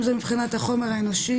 אם זה מבחינת החומר האנושי,